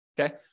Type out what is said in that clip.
Okay